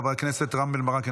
חבר הכנסת רם בן ברק,